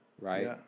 Right